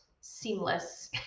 seamless